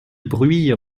bruit